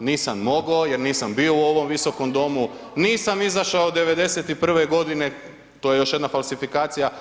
nisam mogao jer nisam bio u ovom visokom domu, nisam izašao '91. godine, to je još jedna falsifikacija.